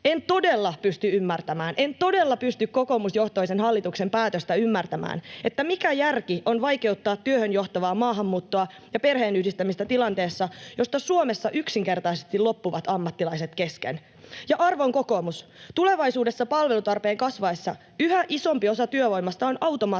en todella pysty ymmärtämään, en todella pysty kokoomusjohtoisen hallituksen päätöstä ymmärtämään, että mikä järki on vaikeuttaa työhön johtavaa maahanmuuttoa ja perheenyhdistämistä tilanteessa, josta Suomessa yksinkertaisesti loppuvat ammattilaiset kesken. Ja arvon kokoomus, tulevaisuudessa palvelutarpeen kasvaessa yhä isompi osa työvoimasta on automaattisesti